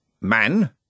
man